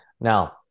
Now